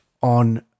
on